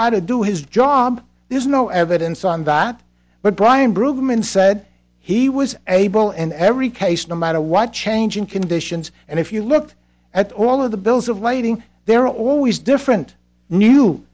how to do his job there's no evidence on that but brian brueggemann said he was able and every case no matter what changing conditions and if you look at all of the bills of lading there are always different new